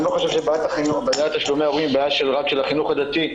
אני לא חושב שבעיית תשלומי ההורים היא בעיה רק של החינוך הדתי.